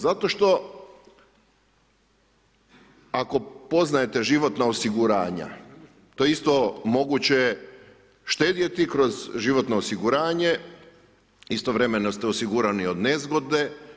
Zato što ako poznajete životna osiguranja to je isto moguće štedjeti kroz životno osiguranje, istovremeno ste osigurani od nezgode.